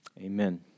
Amen